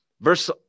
Verse